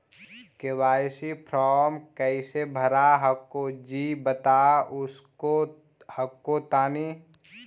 KYC फॉर्मा कैसे भरा हको जी बता उसको हको तानी?